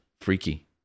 Freaky